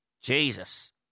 Jesus